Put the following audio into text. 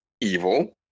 evil